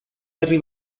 herri